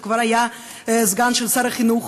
הוא כבר היה סגן של שר החינוך.